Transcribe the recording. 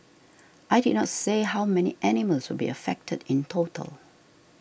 I did not say how many animals will be affected in total